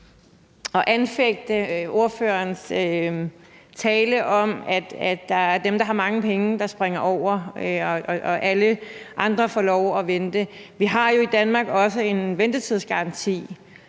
at anfægte ordførerens tale om, at dem, der har mange penge, springer over, og at alle andre får lov at vente. Vi har jo i Danmark også en ventetidsgaranti,